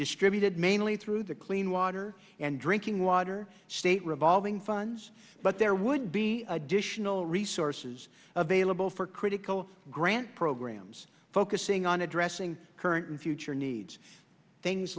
distributed mainly through the clean water and drinking water state revolving funds but there would be additional resources available for critical grant programs focusing on addressing current and future needs things